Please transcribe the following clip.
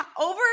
over